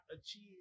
achieve